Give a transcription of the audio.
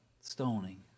stoning